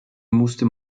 musste